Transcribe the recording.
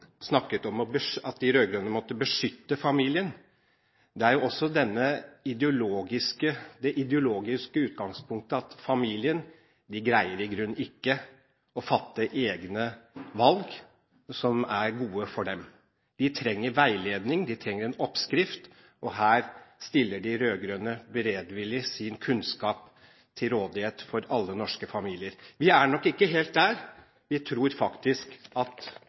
snakket om at de rød-grønne måtte beskytte familien. Det er jo også det ideologiske utgangspunktet, at familien i grunnen ikke greier å fatte egne valg som er gode for dem. De trenger veiledning, de trenger en oppskrift, og her stiller de rød-grønne beredvillig sin kunnskap til rådighet for alle norske familier. Vi er nok ikke helt der. Vi tror faktisk at